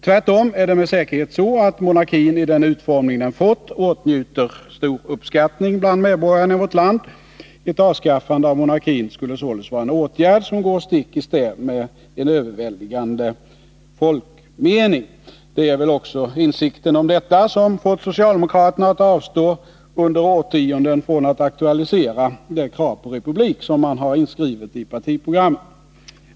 Tvärtom är det med säkerhet så, att monarkin med den utformning den fått åtnjuter stor uppskattning bland medborgarna i vårt land. Ett avskaffande av monarkin skulle således vara en åtgärd som går stick i stäv mot en överväldigande folkmening. Det är väl också insikten om detta som fått socialdemokraterna att under årtionden avstå från att aktualisera det krav på republik som de har inskrivet i partiprogrammet.